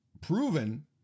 proven